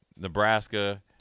Nebraska